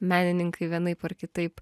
menininkai vienaip ar kitaip